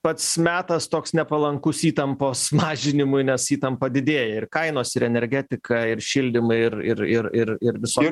pats metas toks nepalankus įtampos mažinimui nes įtampa didėja ir kainos ir energetika ir šildymai ir ir ir ir ir visokie